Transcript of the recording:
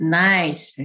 nice